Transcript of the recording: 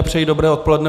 Přeji dobré odpoledne.